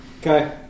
Okay